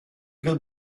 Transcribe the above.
good